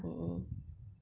mmhmm